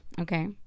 Okay